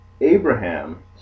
abraham